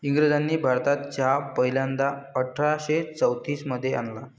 इंग्रजांनी भारतात चहा पहिल्यांदा अठरा शे चौतीस मध्ये आणला